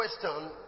question